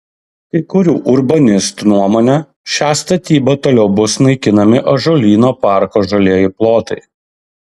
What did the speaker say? kai kurių urbanistų nuomone šia statyba toliau bus naikinami ąžuolyno parko žalieji plotai